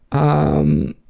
um.